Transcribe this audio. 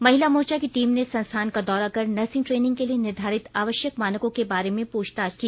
महिला मोर्चा की टीम ने संस्थान का दौरा कर नर्सिंग ट्रेनिंग के लिए निर्धारित आवश्यक मानकों के बारे में पूछताछ की